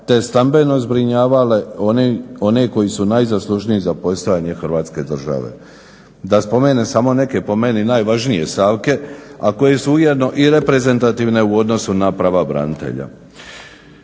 te stambeno zbrinjavale one koji su najzaslužniji za postojanje Hrvatske države. Da spomenem samo neke, po meni najvažnije stavke, a koji su ujedno i reprezentativne u odnosu na prava branitelja.